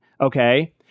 okay